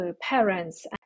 parents